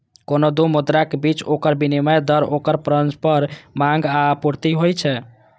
कोनो दू मुद्राक बीच ओकर विनिमय दर ओकर परस्पर मांग आ आपूर्ति होइ छै